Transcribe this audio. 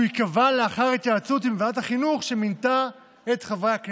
ייקבע לאחר התייעצות עם ועדת החינוך שמינתה את חברי הכנסת.